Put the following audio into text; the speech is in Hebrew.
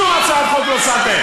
שום הצעת חוק לא שמתם.